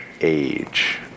age